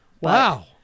Wow